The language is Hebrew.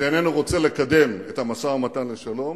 שאיננו רוצה לקדם את המשא-ומתן לשלום,